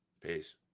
Peace